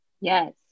Yes